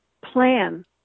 plan